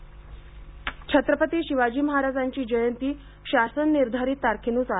शिवजयंती छत्रपती शिवाजी महाराजांची जयंती शासन निर्धारित तारखेनुसार